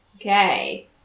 Okay